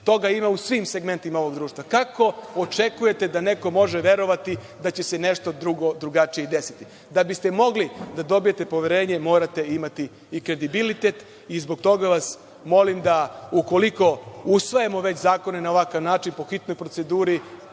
toga ima u svim segmentima ovog društva. Kako očekujete da neko može verovati da će se nešto drugačije desiti? Da biste mogli da dobijete poverenje, morate imati i kredibilitet i zbog toga vas molim da ukoliko usvajamo već zakone na ovakav način, po hitnoj proceduri,